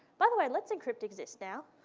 by the way, let's encrypt exists now.